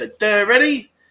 Ready